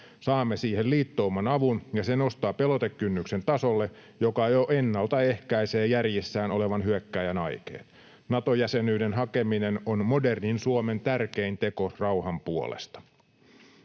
Saamme siihen liittouman avun, ja se nostaa pelotekynnyksen tasolle, joka jo ennalta ehkäisee järjissään olevan hyökkääjän aikeen. Nato-jäsenyyden hakeminen on modernin Suomen tärkein teko rauhan puolesta.